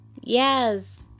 Yes